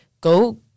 go